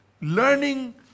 learning